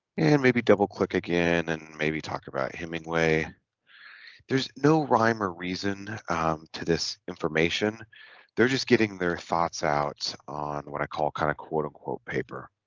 and maybe double click again and maybe talk about hemingway there's no rhyme or reason to this information they're just getting their thoughts outs on what i call kind of quote unquote paper